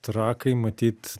trakai matyt